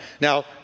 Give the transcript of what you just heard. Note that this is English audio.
Now